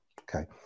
Okay